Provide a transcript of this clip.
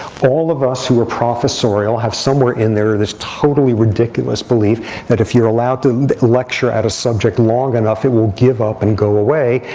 all of us who are professorial have somewhere in there this totally ridiculous belief that if you're allowed to and lecture at a subject long enough, it will give up and go away.